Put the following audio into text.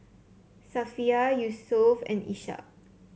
Safiya Yusuf and Ishak